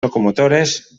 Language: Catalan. locomotores